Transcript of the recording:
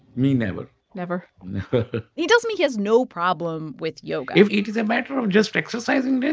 me, never never? never he tells me he has no problem with yoga if it is a matter of just exercising,